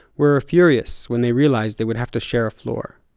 were furious when they realized they would have to share a floor.